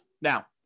Now